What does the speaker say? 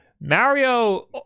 Mario